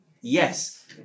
Yes